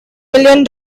million